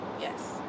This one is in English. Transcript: Yes